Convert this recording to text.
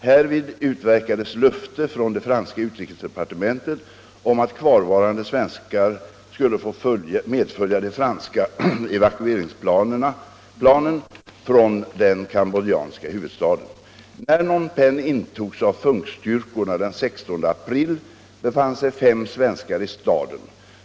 Härvid utverkades löfte från det franska utrikesdepartementet om att kvarvarande svenskar skulle få medfölja de franska evakueringsplanen från den cambodjanska huvudstaden. När Phnom Penh intogs av FUNK-styrkorna den 16 april befann sig fem svenskar i staden.